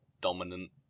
dominant